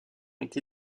été